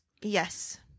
yes